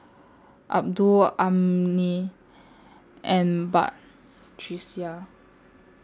Abdul Ummi and Batrisya